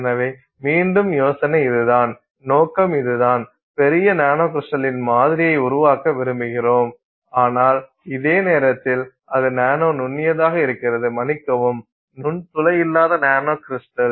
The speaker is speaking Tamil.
எனவே மீண்டும் யோசனை இதுதான் நோக்கம் இதுதான் பெரிய நானோகிரிஸ்டலின் மாதிரியை உருவாக்க விரும்புகிறோம் ஆனால் அதே நேரத்தில் அது நானோ நுண்ணியதாக இருக்கிறது மன்னிக்கவும் நுண்துளை இல்லாத நானோகிரிஸ்டல்